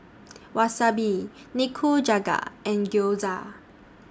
Wasabi Nikujaga and Gyoza